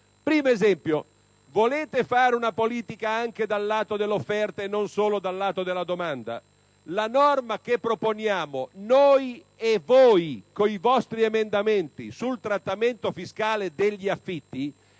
esempio. Volete fare una politica anche dal lato dell'offerta e non solo dal lato della domanda? La norma che proponiamo - noi e voi, con i vostri emendamenti - sul trattamento fiscale degli affitti agisce contemporaneamente